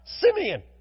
Simeon